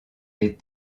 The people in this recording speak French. des